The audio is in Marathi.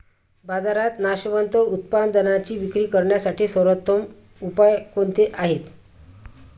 बाजारात नाशवंत उत्पादनांची विक्री करण्यासाठी सर्वोत्तम उपाय कोणते आहेत?